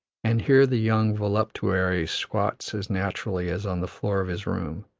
and here the young voluptuary squats as naturally as on the floor of his room.